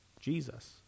Jesus